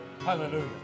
Hallelujah